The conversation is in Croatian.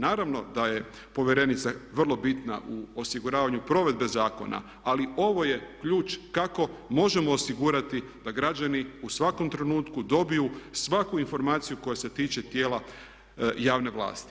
Naravno da je povjerenica vrlo bitna u osiguravanju provedbe zakona ali ovo je ključ kako možemo osigurati da građani u svakom trenutku dobiju svaku informaciju koja se tiče tijela javne vlasti.